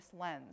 lens